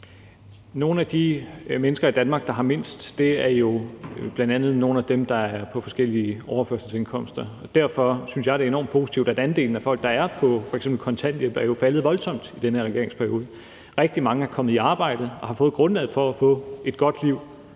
Nogle af de mennesker i Danmark, der har mindst, er jo bl.a. nogle af dem, der er på forskellige overførselsindkomster. Derfor synes jeg, det er enormt positivt, at andelen af folk, der er på f.eks. kontanthjælp, er faldet voldsomt i den her regeringsperiode. Rigtig mange er kommet i arbejde og har fået grundlaget for at få et godt liv,